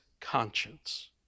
conscience